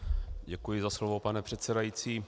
Děkuji za slovo, pane předsedající.